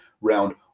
round